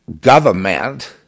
government